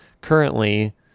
currently